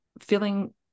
feeling